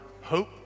hope